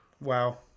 Wow